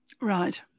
Right